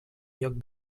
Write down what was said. lloc